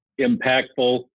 impactful